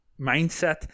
mindset